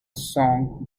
song